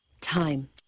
Time